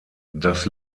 das